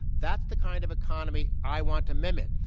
that's the kind of economy i want to mimic.